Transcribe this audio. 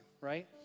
right